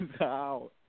out